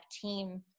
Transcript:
team